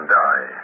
die